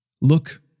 Look